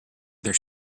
their